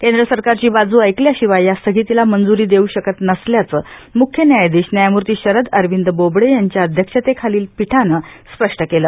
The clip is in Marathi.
केंद्र सरकारची बाजू ऐकत्याशिवाय या स्थगितीला मंजूरी देऊ शकत नसल्याचे मुख्य न्यायाधीश न्यायामूर्ती शरद अरविन्द्र बोबडे यांच्या अध्यक्षतेखालील पीठानं स्पष्ट केलं